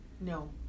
No